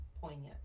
poignant